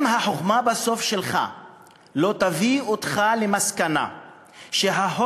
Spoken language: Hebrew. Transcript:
אם החוכמה שלך לא תביא אותך בסוף למסקנה שהחוק